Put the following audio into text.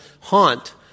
haunt